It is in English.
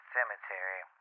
Cemetery